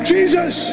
Jesus